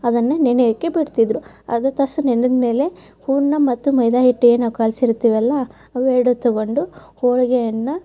ಅದನ್ನು ನೆನೆಯೋಕ್ಕೆ ಬಿಡ್ತಿದ್ದರು ಅರ್ಧ ತಾಸು ನೆನೆದ ಮೇಲೆ ಹೂರಣ ಮತ್ತು ಮೈದಾ ಹಿಟ್ಟು ಏನು ನಾವು ಕಲಿಸಿರ್ತೀವಲ್ಲ ಅವು ಎರಡು ತೊಗೊಂಡು ಹೋಳಿಗೆಯನ್ನು